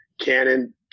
Canon